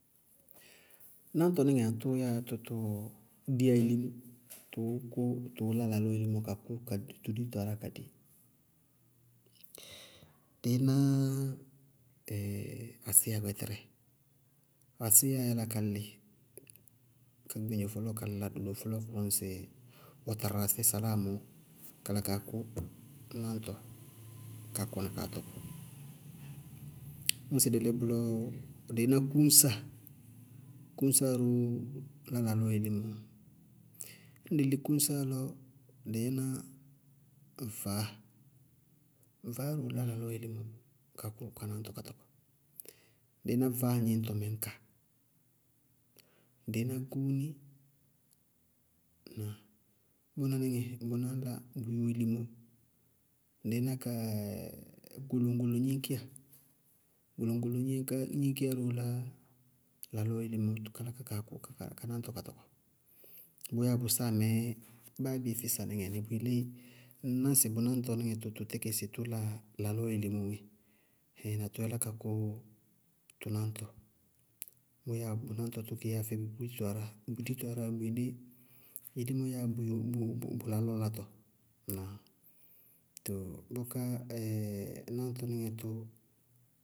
Náŋtɔnɩŋɛ aŋtʋ yáa tɔtɔɔ diyá ilimó, tʋʋkʋ, tʋʋ lá lalɔɔ ilimó ka kʋ gɛ tʋ dito aráa ka di? Dɩí ná asíya gbɛtɛrɛ, ásiyá yála ka lɩ ka gbeŋdzo fɔlɔɔ kala lɔ fɔlɔɔ kʋrʋ ŋsɩ ɔtararasɛ saláa mɔɔ kala kaa kʋ náñtɔ ka kɔnɩ kaa tɔkɔ. Ñŋsɩ dɩ lí bʋlɔ, dɩíná kʋnáá, kʋnáá róó lá lalɔɔ ilimó, ñ dɩ lí kʋñsáa lɔ, dɩí ná vaáa, vaáa róó lá lalɔɔ ilimó ka kʋ ka náñtɔ ka tɔkɔ, dɩí vaáa gníñtɔmɛ ñka, dɩí ná gúúni, ŋnáa? Bʋná níŋɛ bʋʋ lá la bʋ ilimó, dɩíná kaa ɛɛɛ goloŋ-goloŋ gníñkíya, goloŋ-goloŋ gníñkíya róó lá lalɔɔ ilimó, káá la ká kaa kʋ ka náñtɔ ka tɔkɔ. Bʋyáa bʋ sáa mɛɛ báa bé físa níŋɛ nɩ, bʋ yelé ŋñná sɩ bʋ náñtɔnɩŋɛ tʋ tɩkɩ sɩ tɔla lalɔɔ ilimóó yɛ, na tʋ yálá ka kʋ tʋ náñtɔ, bʋyáa bʋ náñtɔ tʋ ké yáa bʋndito aráa, bʋndito aráa bʋyelé ilimó yáa bʋo bʋo bʋ lalɔɔ látɔ. Ŋnáa? Tooo bʋká náñtɔnɩŋɛ bʋñtɔ.